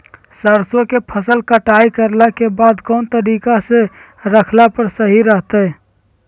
सरसों के फसल कटाई करला के बाद कौन तरीका से रखला पर सही रहतय?